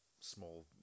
small